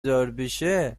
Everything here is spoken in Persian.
داربشه